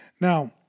Now